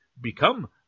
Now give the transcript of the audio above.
become